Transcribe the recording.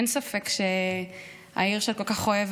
אין ספק שהעיר שאת כל כך אוהבת,